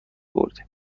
بردیم